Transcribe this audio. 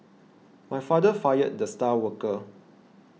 my father fired the star worker